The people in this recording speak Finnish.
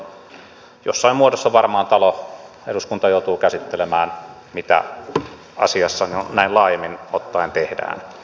silloin jossain muodossa varmaan talo eduskunta joutuu käsittelemään mitä asiassa näin laajemmin ottaen tehdään